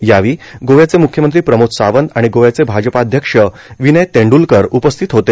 यावेळी गोव्याचे मुख्यमंत्री प्रमोद सावंत आणि गोव्याचे भाजपाध्यक्ष विनय तेंडूलकर उपस्थित होते